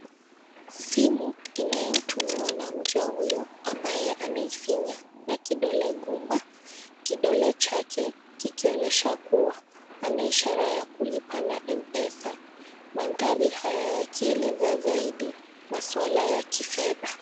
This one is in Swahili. Simu inayotumiwa na mja huyo ambaye anaifinya na kidole gumba, kidole chake kikionyesha kuwa anaishara ya kulipa na M-pesa. mandhari haya yakieleza ziadi masuala ya kifedha.